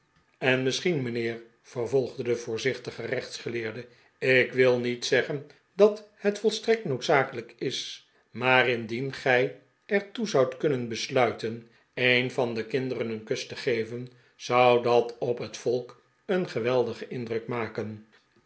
en misschien mijnheer vervolgde de voorzichtige rechtsgeleerde ik wil niet zeggen dat het volstrekt noodzakelijk is maar indien gij er toe zoudt kunnen besluiten een van de kinderen een kus te geven zou dat op het volk een geweldigen indruk maken